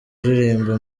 uririmba